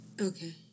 Okay